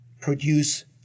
produce